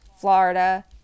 Florida